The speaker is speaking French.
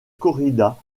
corrida